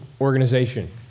organization